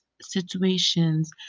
situations